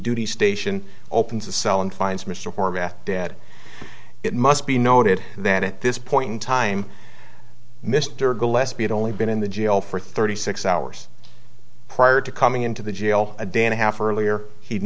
duty station opens the cell and finds mr horvath dead it must be noted that at this point in time mr gillespie had only been in the jail for thirty six hours prior to coming into the jail a day and a half earlier he'd